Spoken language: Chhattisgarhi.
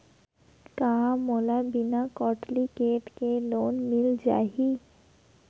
का मोला बिना कौंटलीकेट के लोन मिल जाही?